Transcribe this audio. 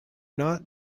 not